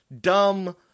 dumb